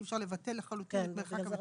אי אפשר לבטל לחלוטין את מרחק הבטיחות.